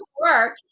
work